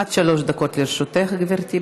עד שלוש דקות לרשותך, גברתי.